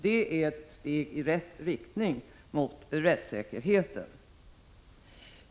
Det är ett steg i rätt riktning med avseende på rättssäkerheten.